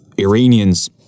Iranians